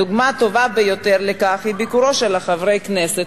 הדוגמה הטובה ביותר לכך היא ביקורם של חברי הכנסת,